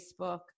Facebook